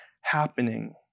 happening